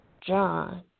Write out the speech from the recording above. John